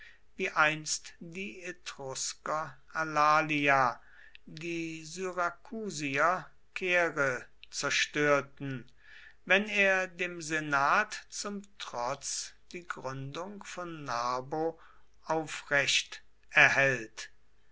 wie einst die etrusker alalia die syrakusier caere zerstörten wenn er dem senat zum trotz die gründung von narbo aufrecht erhält